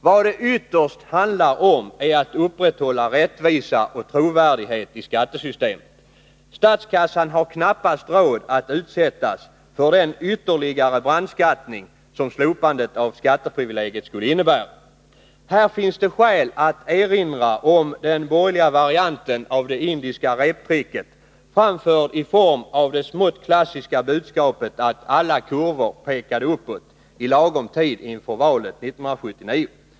Vad det ytterst handlar om är att upprätthålla rättvisa och trovärdighet i skattesystemet. Statskassan har knappast råd att utsättas för den ytterligare brandskattning som ett slopande av skatteprivilegiet skulle innebära. Här finns det skäl att erinra om den borgerliga varianten av det indiska reptricket framförd i form av det smått klassiska budskapet att alla kurvor pekade uppåt ilagom tid inför valet 1979.